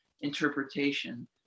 interpretation